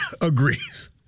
agrees